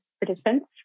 participants